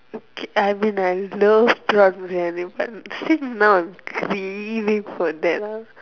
I mean I love programming but since now I'm dreaming for that lah